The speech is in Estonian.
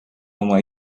oma